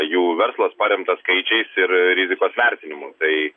jų verslas paremtas skaičiais ir rizikos vertinimu tai